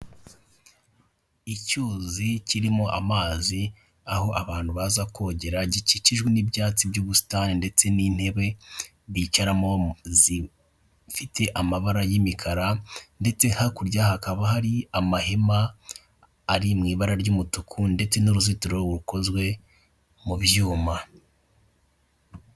Icyuzi kirimo amazi aho abantu baza kogera gikikijwe n'ibyatsi by'ubusitani ndetse n'intebe bicaramomo zifite amabara y'imikara ndetse hakurya hakaba hari amahema ari m'ibara ry'umutuku ndetse n'uruzitiro rukozwe mu byuma.